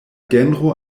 genro